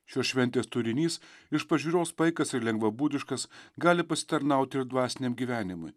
šios šventės turinys iš pažiūros paikas ir lengvabūdiškas gali pasitarnauti dvasiniam gyvenimui